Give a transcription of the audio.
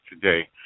today